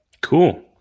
Cool